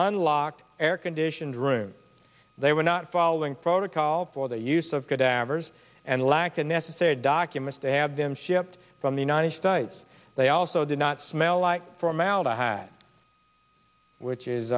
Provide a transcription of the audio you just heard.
unlocked air conditioned room they were not following protocol for the use of good avars and lack the necessary documents to have them shipped from the united states they also did not smell like formaldehyde which